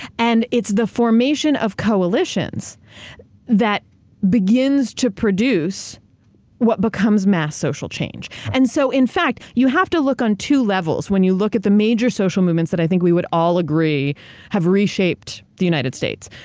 and it's the formation of coalitions that begins to produce what becomes mass social change. and so, in fact, you have to look on two levels when you look at the major social movements that i think we would all agree have reshaped the united states.